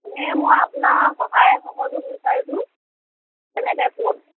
মানে মই আপোনাৰ সহায় সহযোগ বিচাৰিছোঁ কেনেকৈ ক'ত